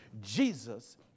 Jesus